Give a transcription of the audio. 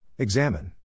Examine